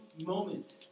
moment